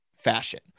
fashion